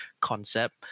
concept